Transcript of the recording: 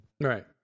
Right